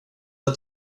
att